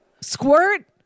Squirt